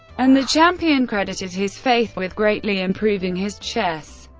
and the champion credited his faith with greatly improving his chess.